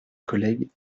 collègue